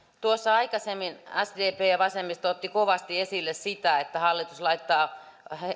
tuossa aikaisemmin sdp ja vasemmisto ottivat kovasti esille sitä että hallitus laittaa